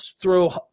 throw